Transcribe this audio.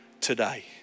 today